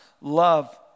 love